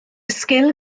sgil